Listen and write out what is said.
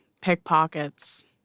pickpockets